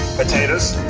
potatoes,